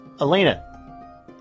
Elena